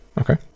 Okay